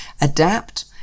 adapt